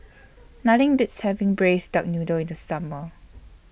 Nothing Beats having Braised Duck Noodle in The Summer